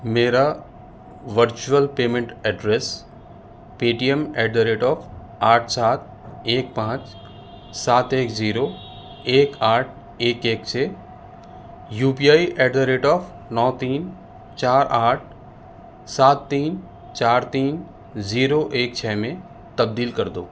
میرا virtual payment address Paytm at the rate of آٹھ سات ایک پانچ سات ایک زیرو ایک آٹھ ایک ایک چھ UPI at the rate of نو تین چار آٹھ سات تین چار تین زیرو ایک چھ میں تبدیل کر دو